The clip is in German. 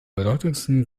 bedeutendsten